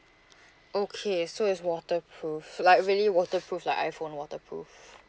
okay so it's waterproof like really waterproof like iphone waterproof